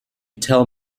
tell